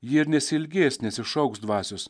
ji ir nesiilgės nesišauks dvasios